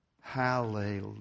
Hallelujah